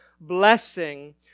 blessing